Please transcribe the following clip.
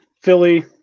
Philly